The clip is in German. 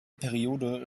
periode